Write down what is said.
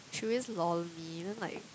she always lol me then like